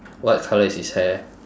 what colour is his hair